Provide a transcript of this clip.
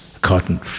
cotton